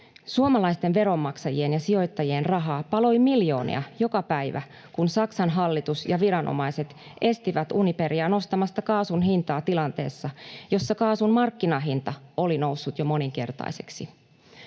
Suomalaisten veronmaksajien ja sijoittajien rahaa paloi miljoonia joka päivä, kun Saksan hallitus ja viranomaiset estivät Uniperia nostamasta kaasun hintaa tilanteessa, jossa kaasun markkinahinta oli noussut jo moninkertaiseksi.